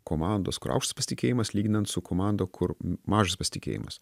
komandos kur aukštas pasitikėjimas lyginant su komanda kur mažas pasitikėjimas